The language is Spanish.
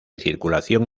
circulación